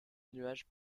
nuage